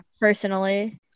personally